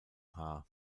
haar